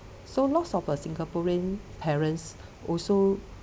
so lots of uh singaporean parents also